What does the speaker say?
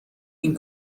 این